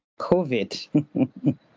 COVID